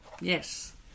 Yes